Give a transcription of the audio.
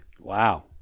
Wow